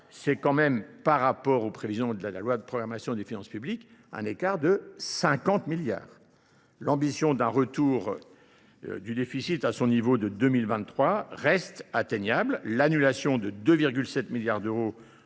C'est quand même, par rapport aux prévisions de la loi de programmation des finances publiques, un écart de 50 milliards. L'ambition d'un retour du déficit à son niveau de 2023 reste atteignable. L'annulation de 2,7 milliards d'euros